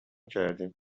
کردیم